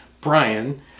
Brian